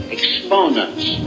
exponents